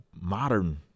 modern